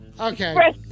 Okay